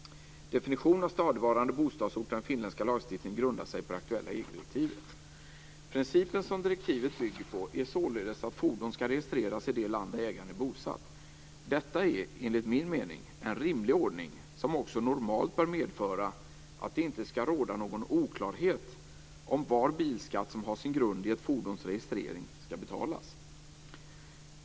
Definitionen av stadigvarande bostadsort i den finländska lagstiftningen grundar sig på det aktuella EG-direktivet. Principen som direktivet bygger på är således att fordon skall registreras i det land där ägaren är bosatt. Detta är enligt min mening en rimlig ordning, som också normalt bör medföra att det inte skall råda någon oklarhet om var bilskatt som har sin grund i ett fordons registrering skall betalas.